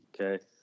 okay